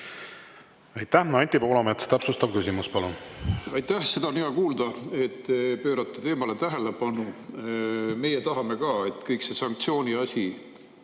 Aitäh! Anti Poolamets, täpsustav küsimus, palun! Aitäh! Seda on hea kuulda, et te pöörate teemale tähelepanu. Meie tahame ka, et kõik see sanktsiooniasi